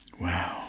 Wow